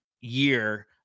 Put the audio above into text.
year